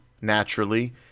naturally